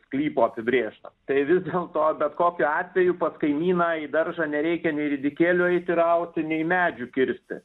sklypo apibrėžto tai vis dėlto bet kokiu atveju pas kaimyną į daržą nereikia nei ridikėlių eiti rauti nei medžių kirsti